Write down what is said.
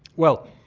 well,